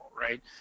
right